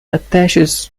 attaches